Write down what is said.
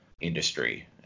industry